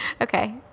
Okay